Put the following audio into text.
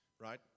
right